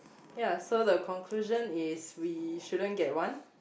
ya so the conclusion is we shouldn't get one